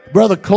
Brother